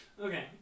Okay